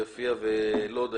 יפיע ולוד,